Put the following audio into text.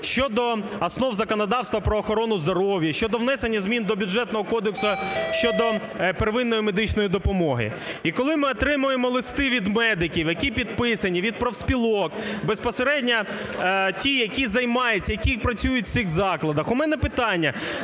щодо Основ законодавства про охорону здоров'я; щодо внесення змін до Бюджетного кодексу щодо первинної медичної допомоги. І коли ми отримуємо листи від медиків, які підписані, від профспілок, безпосередньо ті, які займаються, які працюють в цих закладах, у мене питання,